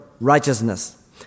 Righteousness